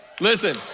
Listen